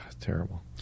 terrible